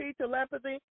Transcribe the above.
telepathy